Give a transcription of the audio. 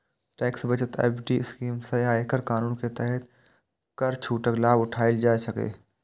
tax बचत FD scheme सं आयकर कानून के तहत कर छूटक लाभ उठाएल जा सकैए